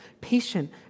Patient